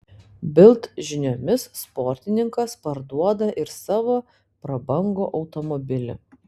bild žiniomis sportininkas parduoda ir savo prabangų automobilį